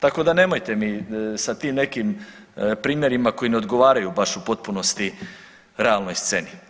Tako da nemojte mi sa tim nekim primjerima koji ne odgovaraju baš u potpunosti realnoj sceni.